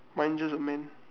mine just a man